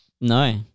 No